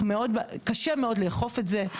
קשה מאוד לאכוף את זה,